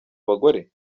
abagore